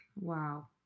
Wow